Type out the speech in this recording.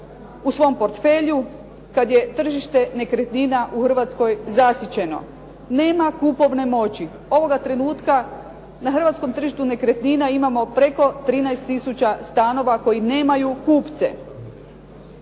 u svom portfelju kad je tržište nekretnina u Hrvatskoj zasićeno? Nema kupovne moći. Ovoga trenutka na hrvatskom tržištu nekretnina imamo preko 13 tisuća stanova koji nemaju kupce.